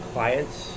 Clients